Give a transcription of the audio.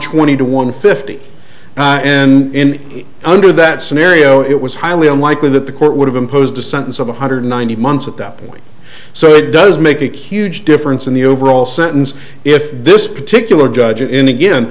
twenty to one fifty and in under that scenario it was highly unlikely that the court would have imposed a sentence of one hundred ninety months at that point so it does make a huge difference in the overall sentence if this particular judge in again